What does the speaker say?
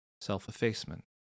self-effacement